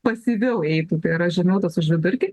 pasyviau eitų tai yra žemiau tas už vidurkį